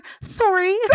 Sorry